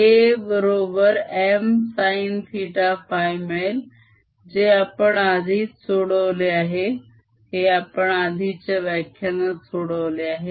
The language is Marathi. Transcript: K बरोबर M sinθφ मिळेल जे आपण आधीच सोडवले आहे हे आपण आधीच्या व्याख्यानात सोडवले आहे